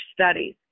studies